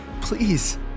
please